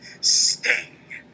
Sting